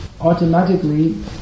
automatically